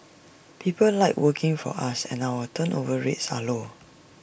people like working for us and our turnover rates are low